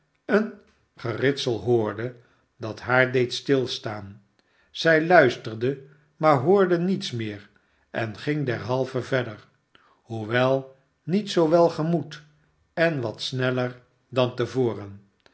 een geritself hoorde dat haar deed stilstaan zij luisterde maar hoorde niets meer en ging derhalve verder hoewel niet zoo welgemoed en wat sneller dan te voren